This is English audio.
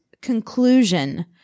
conclusion